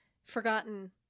forgotten